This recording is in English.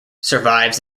survives